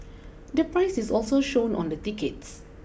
the price is also shown on the tickets